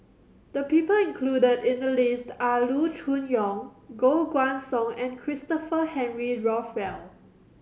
the people included in the list are Loo Choon Yong Koh Guan Song and Christopher Henry Rothwell